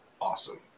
awesome